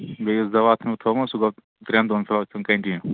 بیٚیہِ یُس دوا پیٛوٗنٛت تھوٚومو سُہ گوٚو ترٛٮ۪ن دۄہن دوا کھٮ۪ون کنٹِنیوٗ